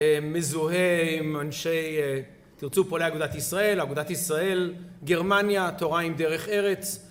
מזוהה עם אנשי תרצו פועלי אגודת ישראל, אגודת ישראל, גרמניה, תורה עם דרך ארץ